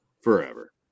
forever